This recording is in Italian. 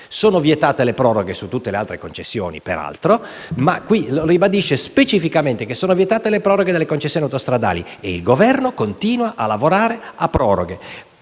Sono vietate, peraltro, le proroghe su tutte le altre concessioni, ma qui si ribadisce specificamente che sono vietate le proroghe delle concessioni autostradali. Il Governo, però, continua a lavorare a proroghe,